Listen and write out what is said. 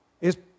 Es